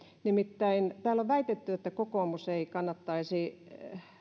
nimittäin täällä on väitetty että kokoomus ei kannattaisi